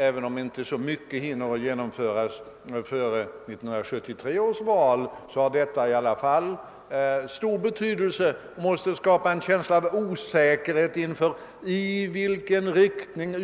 Även om inte så mycket hinner genomföras före 1973 års val, har detta i alla fall stor betydelse och måste skapa en känsla av osäkerhet inför frågan